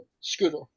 Scooter